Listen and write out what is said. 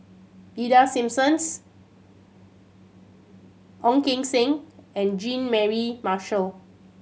Ida Simmons Ong Keng Sen and Jean Mary Marshall